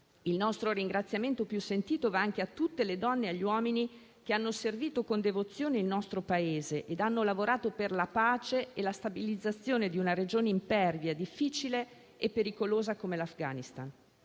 Il nostro ringraziamento più sentito va anche a tutte le donne e agli uomini che hanno servito con devozione il nostro Paese e lavorato per la pace e la stabilizzazione di una regione impervia, difficile e pericolosa come l'Afghanistan.